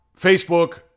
Facebook